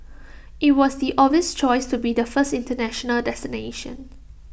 IT was the obvious choice to be the first International destination